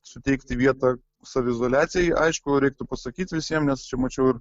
suteikti vietą saviizoliacijai aišku reiktų pasakyt visiem nes čia mačiau